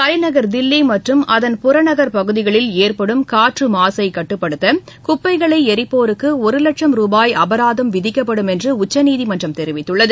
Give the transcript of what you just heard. தலைநகர் தில்லி மற்றும் அதன் புறநகர் பகுதிகளில் ஏற்படும் ஊற்று மாசை கட்டுப்படுத்த குப்பைகளை எரிப்போருக்கு ஒரு லட்சம் ரூபாய் அபராதம் விதிக்கப்படும் என உச்சநீதிமன்றம் தெரிவித்துள்ளது